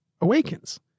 Awakens